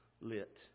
lit